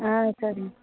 ஆ சரிங்க